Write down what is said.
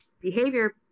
Behavior